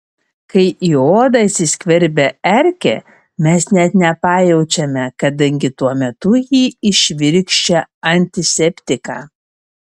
kai į odą įsiskverbia erkė mes net nepajaučiame kadangi tuo metu ji įšvirkščia antiseptiką